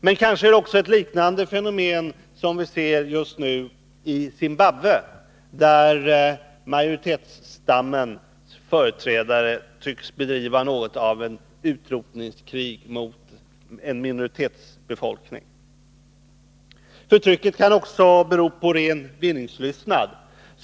Det är kanske ett liknande fenomen som vi just nu ser i Zimbabwe, där majoritetsstammens företrädare tycks bedriva något av ett utrotningskrig mot en minoritetsbefolkning. Förtrycket kan också bero på ren vinningslystnad.